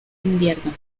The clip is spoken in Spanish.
invierno